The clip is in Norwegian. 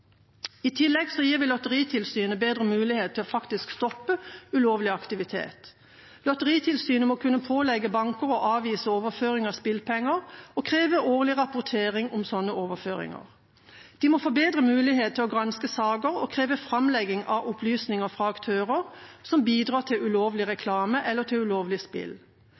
I tillegg gir vi Lotteritilsynet bedre mulighet til faktisk å stoppe ulovlig aktivitet. Lotteritilsynet må kunne pålegge bankene å avvise overføring av spillepenger og kreve årlig rapportering om slike overføringer. De må få bedre mulighet til å granske saker og kreve framlegging av opplysninger fra aktører som bidrar til ulovlig reklame eller ulovlig spill,